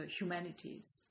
humanities